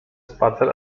spacer